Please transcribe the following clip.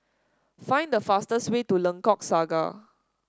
find the fastest way to Lengkok Saga